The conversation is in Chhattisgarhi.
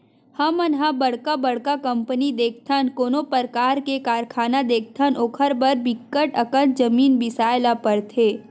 हमन ह बड़का बड़का कंपनी देखथन, कोनो परकार के कारखाना देखथन ओखर बर बिकट अकन जमीन बिसाए ल परथे